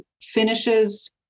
finishes